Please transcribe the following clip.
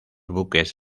buques